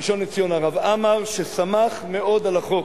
הראשון לציון הרב עמאר - ששמח מאוד על החוק